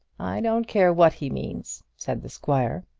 i don't care what he means, said the squire.